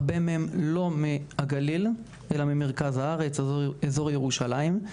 הרבה מהן לא מהגליל, אלא ממרכז הארץ אזור ירושלים,